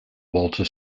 walter